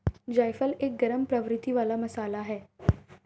जायफल एक गरम प्रवृत्ति वाला मसाला है